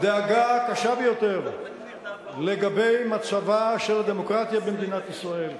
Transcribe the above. דאגה קשה ביותר לגבי מצבה של הדמוקרטיה במדינת ישראל.